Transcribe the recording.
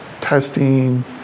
testing